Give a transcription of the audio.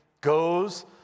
goes